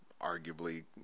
arguably